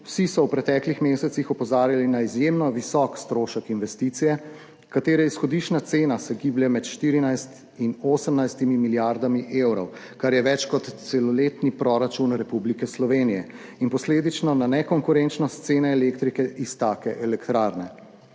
vsi so v preteklih mesecih opozarjali na izjemno visok strošek investicije, katere izhodiščna cena se giblje med 14 in 18 milijardami evrov, kar je več kot celoletni proračun Republike Slovenije, in posledično na nekonkurenčnost cene elektrike iz take elektrarne.